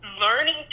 learning